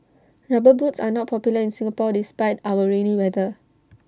rubber boots are not popular in Singapore despite our rainy weather